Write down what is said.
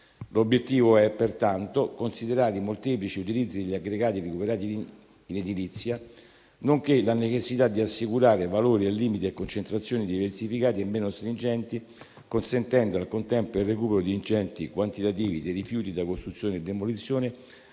L'obiettivo è, pertanto, considerare i molteplici utilizzi degli aggregati recuperati in edilizia, nonché la necessità di assicurare valori, limiti e concentrazioni diversificati e meno stringenti, consentendo al contempo il recupero di ingenti quantitativi di rifiuti da costruzione e demolizione,